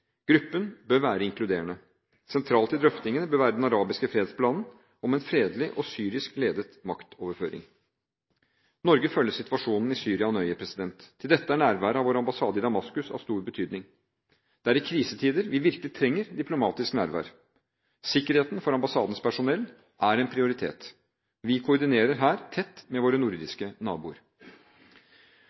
Gruppen bør være inkluderende. Sentralt i drøftingene bør være den arabiske fredsplanen om en fredelig og syrisk ledet maktoverføring. Norge følger situasjonen i Syria nøye. Til dette er nærværet av vår ambassade i Damaskus av stor betydning. Det er i krisetider vi virkelig trenger diplomatisk nærvær. Sikkerheten for ambassadens personell er en prioritet. Vi koordinerer her tett med våre nordiske naboer.